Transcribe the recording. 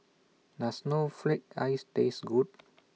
Does Snowflake Ice Taste Good